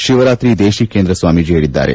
ಶಿವರಾತ್ರಿ ದೇತಿಕೇಂದ್ರ ಸ್ಥಾಮೀಜ ಹೇಳಿದ್ದಾರೆ